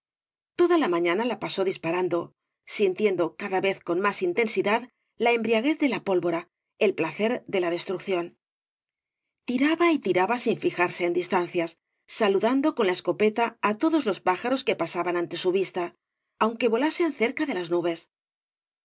toda la mañana la pasó disparando bintiendo cada vez con más intensidad la embriaguez de la pólvora el placer de la destrucción tiraba y tiraba sin fijarse en distancias saludando con la escopeta á todos los pájaros que pasa ban ante su vista aunque volasen cerca de las